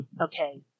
okay